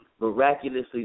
miraculously